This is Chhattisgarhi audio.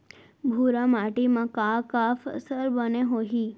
भूरा माटी मा का का फसल बने होही?